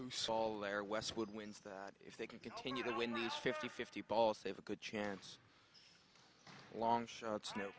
loose all their westwood wins that if they can continue to win these fifty fifty ball save a good chance long shots n